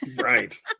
Right